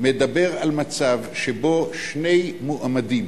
מדבר על מצב שבו שני מועמדים,